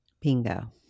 Bingo